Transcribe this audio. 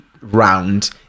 round